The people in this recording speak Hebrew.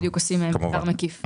אנחנו בדיוק עושים מחקר מקיף.